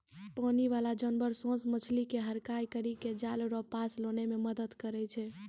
पानी बाला जानवर सोस मछली के हड़काय करी के जाल रो पास लानै मे मदद करै छै